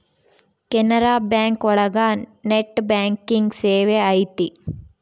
Canara bank ಒಳಗ net banking ಸೇವೆ ಐತಿ